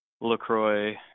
LaCroix